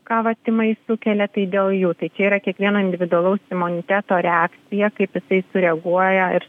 ką vat tymai sukelia tai dėl jų tai čia yrakiekvieno individualaus imuniteto reakcija kaip jisai sureaguoja ir